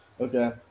Okay